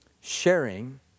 Sharing